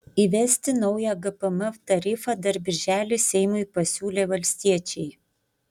įvesti naują gpm tarifą dar birželį seimui pasiūlė valstiečiai